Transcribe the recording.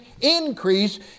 increase